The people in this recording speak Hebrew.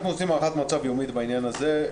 אנחנו עושים הערכת מצב יומית בעניין הזה.